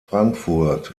frankfurt